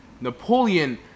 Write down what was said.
Napoleon